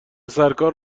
سرکار